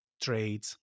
trades